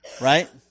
Right